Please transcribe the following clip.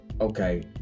okay